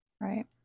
Right